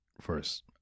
first